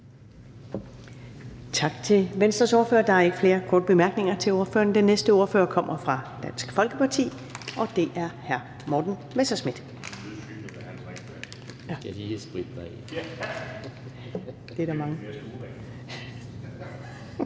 Tak til Venstres ordfører. Der er ikke flere korte bemærkninger til ordføreren. Den næste ordfører kommer fra Dansk Folkeparti, og det er hr. Morten Messerschmidt.